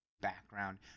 background